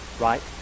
right